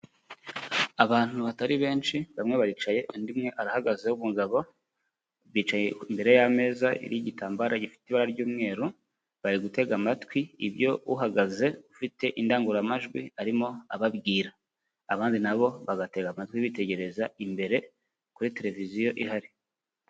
Abantu batari benshi bamwe baricaye undi umwe arahagaze w'umugabo, bicaye imbere y'ameza y'igitambaro gifite ibara ry'umweru, bari gutega amatwi ibyo uhagaze ufite indangururamajwi arimo ababwira. Abandi na bo bagatega amatwi bitegereza imbere kuri televiziyo ihari.